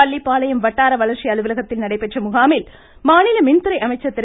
பள்ளிப்பாளையம் வட்டார வளர்ச்சி அலுவலகத்தில் நடைபெற்ற முகாமில் மாநில மின்துறை அமைச்சர் திரு